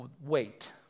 weight